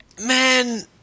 Man